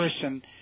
person